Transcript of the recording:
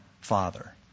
Father